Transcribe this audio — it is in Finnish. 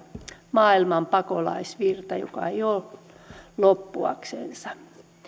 maailman pakolaisvirta joka ei ole loppuaksensa